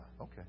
okay